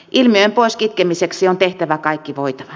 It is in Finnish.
ilmiön pois kitkemiseksi on tehtävä kaikki voitava